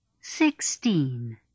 Sixteen